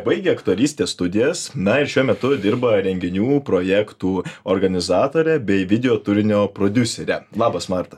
baigė aktorystės studijas na ir šiuo metu dirba renginių projektų organizatore bei video turinio prodiusere labas marta